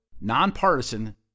nonpartisan